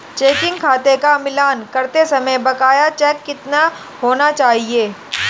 Checking खाते का मिलान करते समय बकाया चेक कितने होने चाहिए?